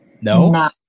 No